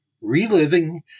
Reliving